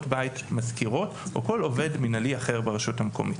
בית מזכירות או כל עובד אחר ברשות המקומית.